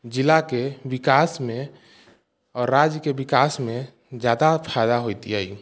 जिलाके विकासमे राज्यके विकासमे ज्यादा फायदा होयतियै